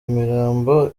imirambo